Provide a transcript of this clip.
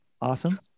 Awesome